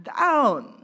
down